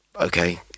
okay